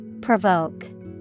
Provoke